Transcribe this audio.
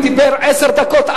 דיבר עשר דקות,